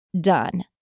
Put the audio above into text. done